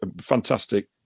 fantastic